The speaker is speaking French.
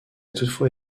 toutefois